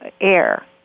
air